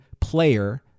player